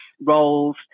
roles